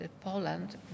Poland